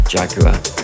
Jaguar